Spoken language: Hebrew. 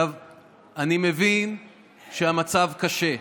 אני מבין שהמצב קשה,